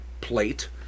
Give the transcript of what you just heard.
plate